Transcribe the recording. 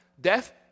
Death